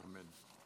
אמן.